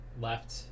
left